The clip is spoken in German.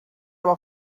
aber